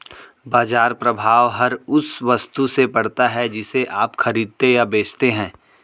बाज़ार प्रभाव हर उस वस्तु से पड़ता है जिसे आप खरीदते या बेचते हैं